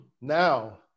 Now